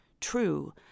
true